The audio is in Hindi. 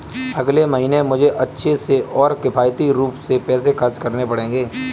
अगले महीने मुझे अच्छे से और किफायती रूप में पैसे खर्च करने पड़ेंगे